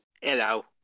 Hello